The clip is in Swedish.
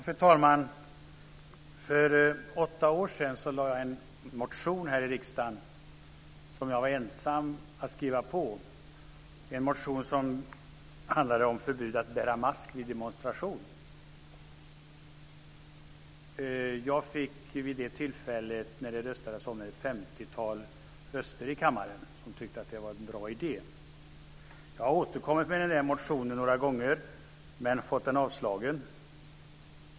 Fru talman! För åtta år sedan avgav jag en motion här i riksdagen som jag var ensam om att skriva på. Det var en motion som handlade om förbud mot att bära mask vid demonstration. När det röstades om den var det ett femtiotal som röstade för den och tyckte att det var en bra idé. Jag har återkommit med denna motion några gånger men fått den avslagen.